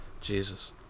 Jesus